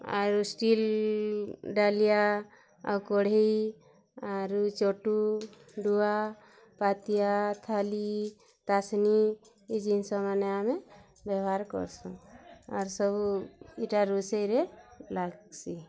ଆରୁ ଷ୍ଟିଲ୍ ଡ଼ାଲିଆ ଆଉ କଢ଼େଇ ଆରୁ ଚଟୁ ଡ଼ୁଆ ପାତିଆ ଥାଲି ଟାସ୍ନି ଇ ଜିନ୍ଷ୍ମାନେ ଆମେ ବ୍ୟବହାର୍ କରସୁଁ ଆର୍ ସବୁ ଇଟାର ରୋଷେଇରେ ଲାଗ୍ସି